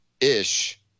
ish